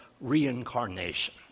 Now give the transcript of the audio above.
reincarnation